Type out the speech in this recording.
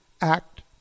act